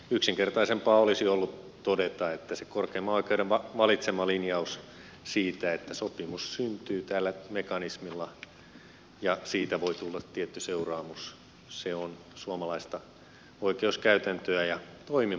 yksinkertaisempaa olisi ollut todeta että se korkeimman oikeuden valitsema linjaus siitä että sopimus syntyy tällä mekanismilla ja siitä voi tulla tietty seuraamus on suomalaista oikeuskäytäntöä ja toimivaa oikeuskäytäntöä